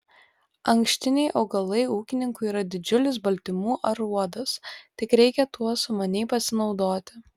ankštiniai augalai ūkininkui yra didžiulis baltymų aruodas tik reikia tuo sumaniai pasinaudoti